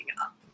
up